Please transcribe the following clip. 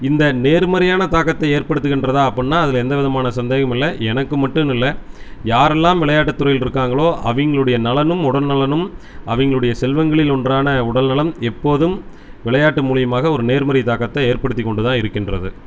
இந்த நேர்மறையான தாக்கத்தை ஏற்படுத்துகின்றதா அப்புடின்னா அதில் எந்தவிதமான சந்தேகமும் இல்லை எனக்கு மட்டும்னு இல்லை யாரெல்லாம் விளையாட்டு துறையில் இருக்காங்களோ அவங்களுடைய நலனும் உடல் நலனும் அவங்களுடைய செல்வங்களில் ஒன்றான உடல் நலம் எப்போதும் விளையாட்டு மூலிமாக ஒரு நேர்மறை தாக்கத்தை ஏற்படுத்திக் கொண்டு தான் இருக்கின்றது